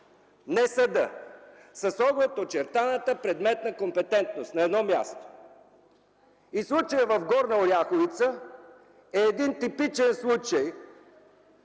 не съдът с оглед очертаната предметна компетентност на едно място. Случаят в Горна Оряховица е един типичен,